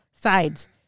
sides